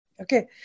Okay